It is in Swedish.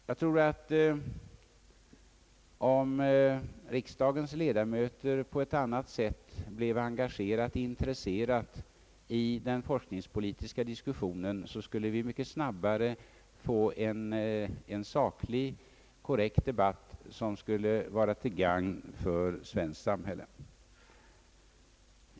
Jag tror, att om riksdagens ledamöter på ett annat sätt blev intresserade och engagerade sig i den forskningspolitiska diskussionen, skulle vi mycket snabbare få en saklig och korrekt debatt, som skulle vara till gagn för det svenska samhället.